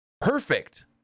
perfect